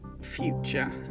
future